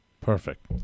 Perfect